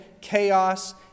chaos